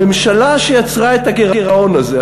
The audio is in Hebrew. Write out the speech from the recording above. הממשלה שיצרה את הגירעון הזה,